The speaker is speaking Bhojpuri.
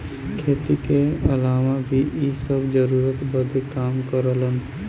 खेती के अलावा भी इ सब जरूरत बदे काम करलन